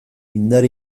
indar